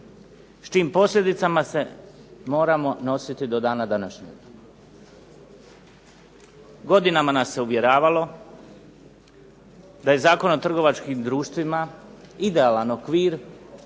čijim posljedicama se moramo nositi do dana današnjeg. Godinama nas se uvjeravalo da je Zakon o trgovačkim društvima idealan okvir